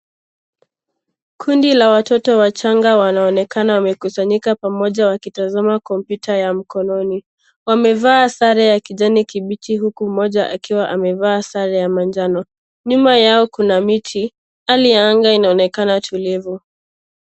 Kundi la watoto wachanga wanaonekana wamekusanyika pamoja wakitazma kompyuta ya mkononi. Wamevaa sare ya kijani kibichi uku mmoja akiwa amevaa sare ya manjano. Nyuma yao kuna miti. Hali ya anga inaonekana tulivu.